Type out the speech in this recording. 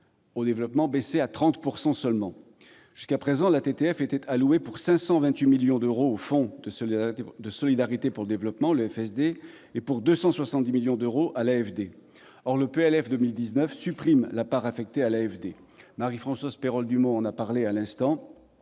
au développement qu'à hauteur de 30 %. Jusqu'à présent, la TTF était allouée pour 528 millions d'euros au Fonds de solidarité pour le développement, le FSD, et pour 270 millions d'euros à l'AFD. Or le projet de loi de finances pour 2019 supprime la part affectée à l'AFD. Marie-Françoise Perol-Dumont en a parlé à l'instant.